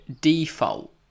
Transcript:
default